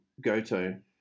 Goto